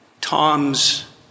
Tom's